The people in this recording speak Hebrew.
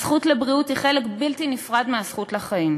הזכות לבריאות היא חלק בלתי נפרד מהזכות לחיים.